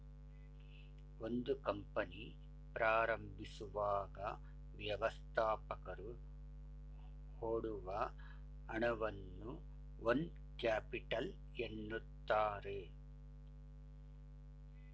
ಒಂದು ಕಂಪನಿ ಪ್ರಾರಂಭಿಸುವಾಗ ವ್ಯವಸ್ಥಾಪಕರು ಹೊಡುವ ಹಣವನ್ನ ಓನ್ ಕ್ಯಾಪಿಟಲ್ ಎನ್ನುತ್ತಾರೆ